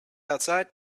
outside